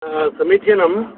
समीचीनम्